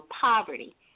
Poverty